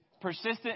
persistent